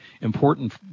important